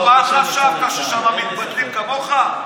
מה חשבת, ששם מתבטלים כמוך?